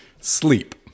sleep